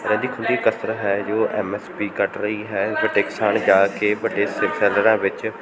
ਰਹਿੰਦੀ ਖ਼ੂੰਹਦੀ ਕਸਰ ਹੈ ਜੋ ਐਮ ਐਸ ਪੀ ਘਟ ਰਹੀ ਹੈ ਅਤੇ ਟੈਕਸਾਂ ਵੱਲ ਜਾ ਕੇ ਵੱਡੇ ਸੇ ਸੈਲਰਾਂ ਵਿੱਚ